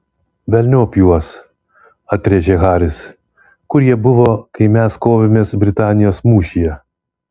velniop juos atrėžė haris kur jie buvo kai mes kovėmės britanijos mūšyje